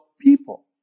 people